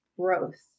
growth